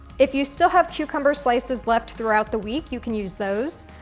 if you still have cucumber slices left throughout the week, you can use those,